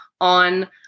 on